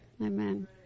Amen